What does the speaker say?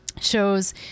shows